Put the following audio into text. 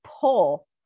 pull